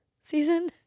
season